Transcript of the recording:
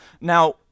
Now